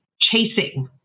chasing